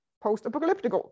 post-apocalyptic